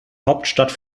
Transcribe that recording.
hauptstadt